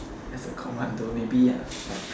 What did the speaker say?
as a commando maybe ah but